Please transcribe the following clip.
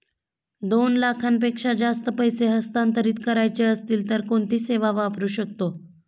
दोन लाखांपेक्षा जास्त पैसे हस्तांतरित करायचे असतील तर कोणती सेवा वापरू शकतो?